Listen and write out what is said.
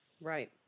right